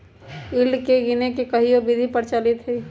yield के गीनेए के कयहो विधि प्रचलित हइ